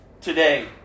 today